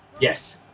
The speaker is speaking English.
yes